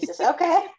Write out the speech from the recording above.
Okay